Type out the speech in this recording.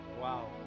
wow